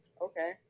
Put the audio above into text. okay